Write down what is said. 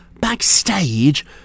backstage